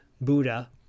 Buddha